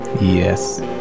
Yes